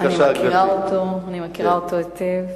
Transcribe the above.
אני מכירה אותו, אני מכירה אותו היטב.